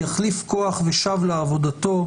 יחליף כוח ושב לעבודתו.